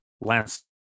last